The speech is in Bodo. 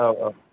औ औ